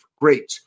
Great